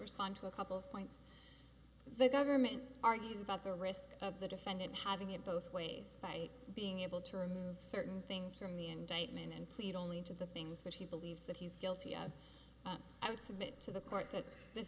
respond to a couple of points the government argues about the risk of the defendant having it both ways by being able to remove certain things from the indictment and plead only to the things that he believes that he's guilty of i would submit to the court that this